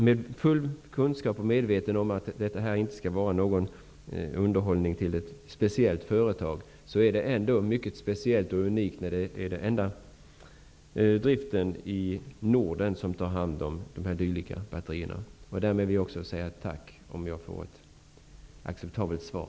Med full kunskap och medvetande om att detta inte skall vara något underhåll till ett speciellt företag, vill jag framhålla att det ändå är mycket speciellt och unikt, eftersom det är det enda företag som drivs i Norden som tar hand om dylika batterier. Därmed vill jag också säga tack, om jag får ett acceptabelt svar.